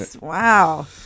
Wow